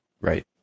Right